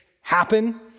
happen